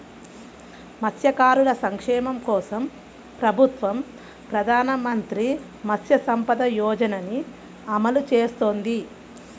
మత్స్యకారుల సంక్షేమం కోసం ప్రభుత్వం ప్రధాన మంత్రి మత్స్య సంపద యోజనని అమలు చేస్తోంది